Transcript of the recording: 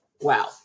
wow